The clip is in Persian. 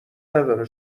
نداره